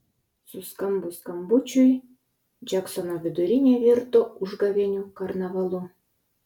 suskambus skambučiui džeksono vidurinė virto užgavėnių karnavalu